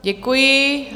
Děkuji.